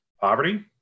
poverty